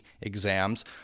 exams